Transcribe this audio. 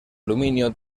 aluminio